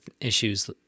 issues